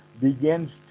begins